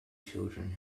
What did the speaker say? children